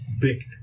big